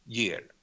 year